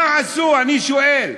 מה עשו, אני שואל.